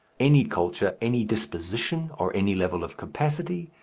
any culture, any disposition, or any level of capacity,